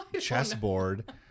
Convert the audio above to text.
chessboard